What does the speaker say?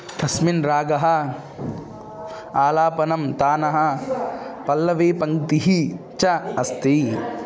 तस्मिन् रागः आलापनं तानः पल्लवीपङ्क्तिः च अस्ति